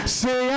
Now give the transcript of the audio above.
say